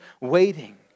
waiting